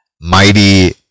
mighty